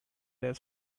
their